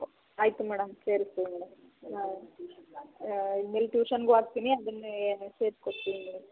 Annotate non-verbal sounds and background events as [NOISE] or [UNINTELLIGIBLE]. ಓ ಆಯಿತು ಮೇಡಮ್ ಸರಿ ಸರಿ ಮೇಡಮ್ ಹಾಂ [UNINTELLIGIBLE] ಎಲ್ಲಿ ಟ್ಯೂಷನ್ಗೂ ಹಾಕ್ತೀನಿ ಅದನ್ನೇ ಮೆಸೇಜ್ ಕೊಡ್ತೀನಿ ಮೇಡಮ್